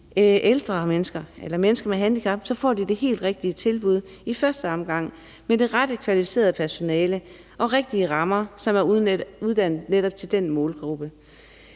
ældre mennesker eller mennesker med handicap, får de det helt rigtige tilbud i første omgang med det rette, kvalificerede personale, som er uddannet til netop den målgruppe,